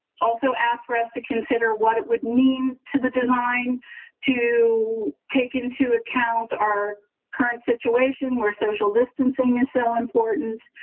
also asked for us to consider what it would mean to the design to take into account our current situation where social distancing is so important.